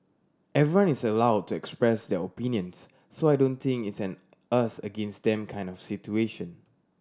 everyone is allowed to express their opinions so I don't think it's an us against them kind of situation